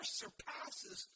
surpasses